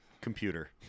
computer